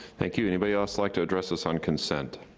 thank you anybody else like to address us on consent?